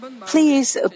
Please